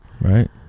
right